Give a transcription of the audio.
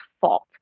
fault